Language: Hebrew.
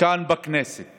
כאן בכנסת